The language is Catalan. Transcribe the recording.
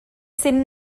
cent